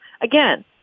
Again